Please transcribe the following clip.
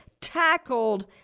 tackled